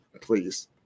Please